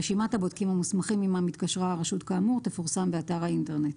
רשימת הבודקים המוסמכים עמם התקשרה הרשות כאמור תפורסם באתר האינטרנט.